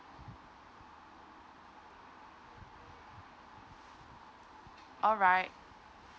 alright